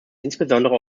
insbesondere